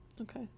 Okay